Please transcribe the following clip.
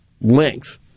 length